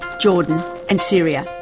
jordan and syria.